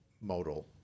modal